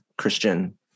Christian